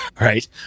Right